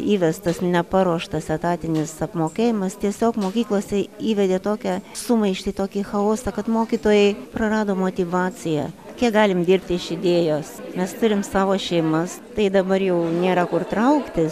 įvestas neparuoštas etatinis apmokėjimas tiesiog mokyklose įvedė tokią sumaištį tokį chaosą kad mokytojai prarado motyvaciją kiek galim dirbti iš idėjos mes turim savo šeimas tai dabar jau nėra kur trauktis